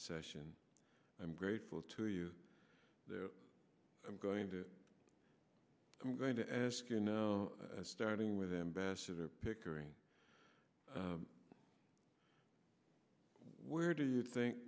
session i'm grateful to you i'm going to i'm going to ask you know starting with embassador pickering where do you think